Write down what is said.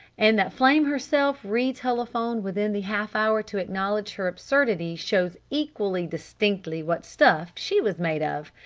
and that flame herself re-telephoned within the half hour to acknowledge her absurdity shows equally distinctly what stuff she was made of!